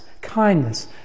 kindness